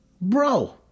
bro